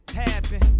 happen